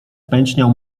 pęczniał